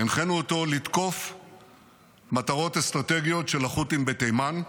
הנחינו אותו לתקוף מטרות אסטרטגיות של החות'ים בתימן.